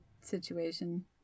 situation